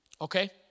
Okay